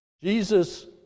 Jesus